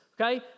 Okay